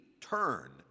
turn